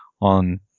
on